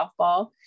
softball